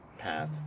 path